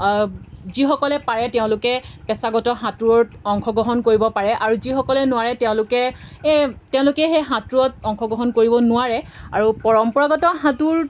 যিসকলে পাৰে তেওঁলোকে পেছাগত সাঁতোৰত অংশগ্ৰহণ কৰিব পাৰে আৰু যিসকলে নোৱাৰে তেওঁলোকে এই তেওঁলোকে সেই সাঁতোৰত অংশগ্ৰহণ কৰিব নোৱাৰে আৰু পৰম্পৰাগত সাঁতোৰ